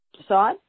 decide